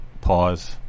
Pause